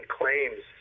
claims